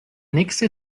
nächste